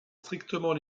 strictement